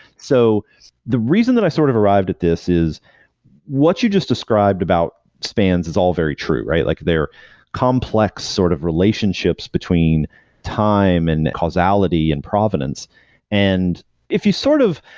so the reason that i sort of arrived at this is what you just described about spans is all very true. like they're complex sort of relationships between time and causality and provenance and if you sort of,